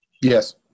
Yes